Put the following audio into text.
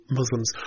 Muslims